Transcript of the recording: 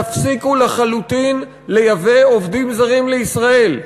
תפסיקו לחלוטין לייבא עובדים זרים לישראל.